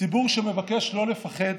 ציבור שמבקש לא לפחד